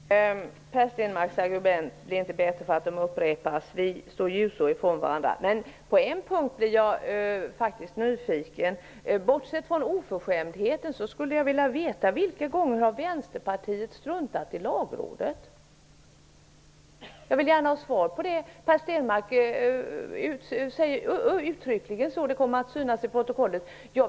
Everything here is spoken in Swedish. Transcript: Herr talman! Per Stenmarck sade att argumenten inte blir bättre om de upprepas. Vi står ljusår från varandra. Men på en punkt är jag faktiskt nyfiken. Bortsett från oförskämdheten skulle jag vilja veta vilka gånger som Vänsterpartiet har struntat i Lagrådet. Per Stenmarck sade uttryckligen så. Det kommer att synas i protokollet.